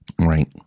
right